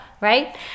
right